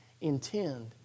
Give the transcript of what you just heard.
intend